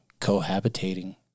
cohabitating